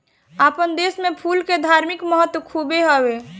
आपन देस में फूल के धार्मिक महत्व खुबे हवे